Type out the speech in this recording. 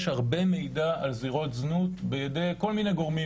יש הרבה מידע על זירות זנות בידי כל מיני גורמים